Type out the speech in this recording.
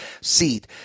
seat